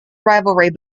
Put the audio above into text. rivalry